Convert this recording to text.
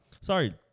Sorry